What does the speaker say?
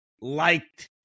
liked